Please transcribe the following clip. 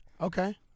Okay